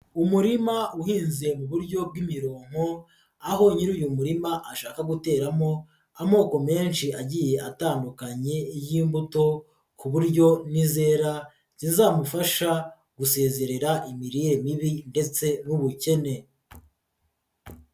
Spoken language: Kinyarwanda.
Umurima uhinze mu buryo bw'imirongo, aho nyiri uyu murima ashaka guteramo amoko menshi agiye atandukanye y'imbuto, ku buryo nizera zizamufasha gusezerera imirire mibi ndetse n'ubukene.